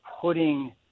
putting